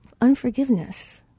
unforgiveness